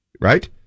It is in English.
right